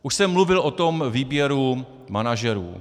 Už jsem mluvil o tom výběru manažerů.